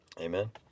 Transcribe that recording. Amen